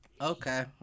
Okay